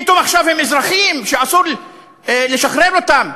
פתאום עכשיו הם אזרחים ואסור לשחרר אותם?